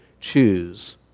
choose